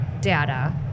data